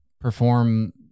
perform